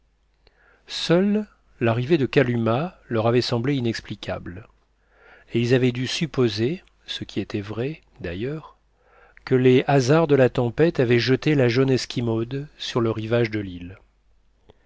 seule l'arrivée de kalumah leur avait semblé inexplicable et ils avaient dû supposer ce qui était vrai d'ailleurs que les hasards de la tempête avaient jeté la jeune esquimaude sur le rivage de l'île